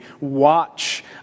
watch